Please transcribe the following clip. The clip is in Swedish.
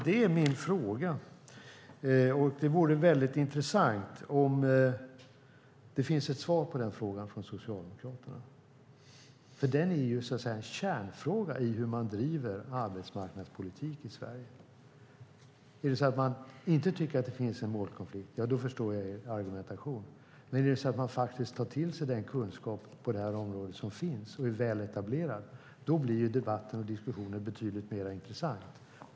Det är min fråga och det vore väldigt intressant om det fanns ett svar på den frågan från Socialdemokraterna, för det är ju så att säga en kärnfråga för hur man driver arbetsmarknadspolitik i Sverige. Är det så att man inte tycker att det finns en målkonflikt förstår jag er argumentation, men är det så att man faktiskt tar till sig den kunskap på det här området som finns och är väl etablerad blir debatten och diskussionen betydligt mer intressant.